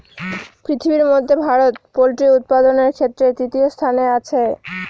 পৃথিবীর মধ্যে ভারত পোল্ট্রি উৎপাদনের ক্ষেত্রে তৃতীয় স্থানে আছে